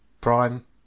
prime